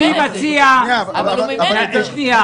אני לא מקבל את הפרשנות הזאת שלכם